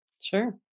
Sure